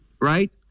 right